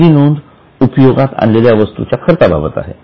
पहिली नोंद उपयोगात आणलेल्या वस्तूच्या खर्चाबाबत आहे